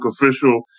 official